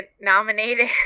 nominated